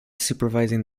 supervising